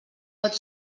pot